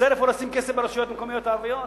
חסר איפה לשים כסף ברשויות המקומיות הערביות?